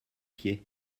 pied